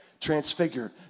Transfigured